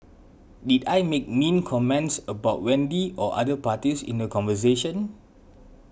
did I make mean comments about Wendy or other parties in the conversation